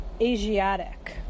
Asiatic